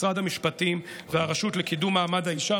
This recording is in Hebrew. משרד המשפטים והרשות לקידום מעמד האישה.